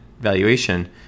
valuation